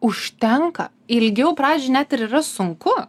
užtenka ilgiau pradžioj net ir yra sunku